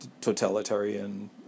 totalitarian